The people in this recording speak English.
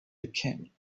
became